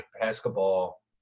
basketball